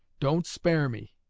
don't spare me